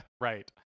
Right